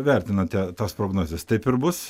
vertinate tas prognozes taip ir bus